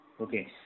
okay